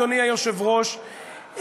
אדוני היושב-ראש,